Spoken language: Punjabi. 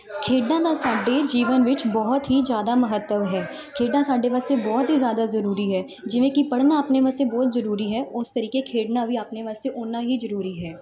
ਖੇਡਾਂ ਦਾ ਸਾਡੇ ਜੀਵਨ ਵਿੱਚ ਬਹੁਤ ਹੀ ਜ਼ਿਆਦਾ ਮਹੱਤਵ ਹੈ ਖੇਡਾਂ ਸਾਡੇ ਵਾਸਤੇ ਬਹੁਤ ਹੀ ਜ਼ਿਆਦਾ ਜ਼ਰੂਰੀ ਹੈ ਜਿਵੇਂ ਕਿ ਪੜ੍ਹਨਾ ਆਪਣੇ ਵਾਸਤੇ ਬਹੁਤ ਜ਼ਰੂਰੀ ਹੈ ਉਸ ਤਰੀਕੇ ਖੇਡਣਾ ਵੀ ਆਪਣੇ ਵਾਸਤੇ ਉੱਨਾਂ ਹੀ ਜ਼ਰੂਰੀ ਹੈ